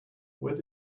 where